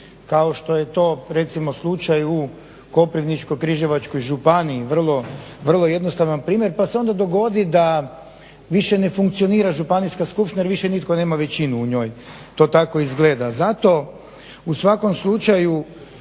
kao što je to recimo slučaj u Koprivničko-križevačkoj županiji vrlo jednostavan primjer. Pa se onda dogodi da više ne funkcionira županijska skupština jer više nitko nema većinu u njoj. To tako izgleda, zato u svakom slučaju